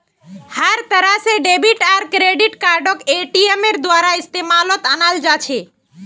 हर तरह से डेबिट आर क्रेडिट कार्डक एटीएमेर द्वारा इस्तेमालत अनाल जा छे